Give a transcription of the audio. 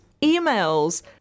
emails